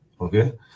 Okay